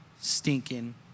stinking